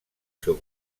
seu